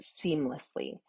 seamlessly